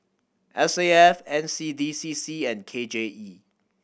S A F N C D C C and K J E